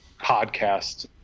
podcast